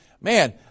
man